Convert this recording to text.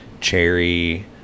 cherry